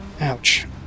Ouch